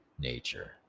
nature